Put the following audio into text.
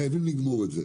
חייבים לגמור את זה.